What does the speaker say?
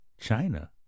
China